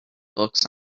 books